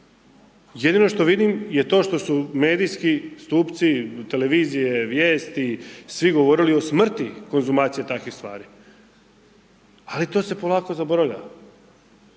Jedino što je vidim je to što su medijski stupci, televizije, vijesti, svi govorili o smrti konzumacije takvih stvari. Ali to se polako zaboravlja.